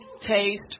taste